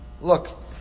Look